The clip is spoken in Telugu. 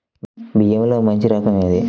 బియ్యంలో మంచి రకం ఏది?